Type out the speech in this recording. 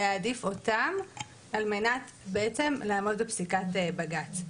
להעדיף אותם על מנת בעצם לעמוד בפסיקת בג"צ.